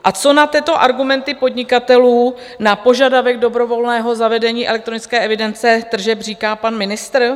A co na tyto argumenty podnikatelů, na požadavek dobrovolného zavedení elektronické evidence tržeb, říká pan ministr?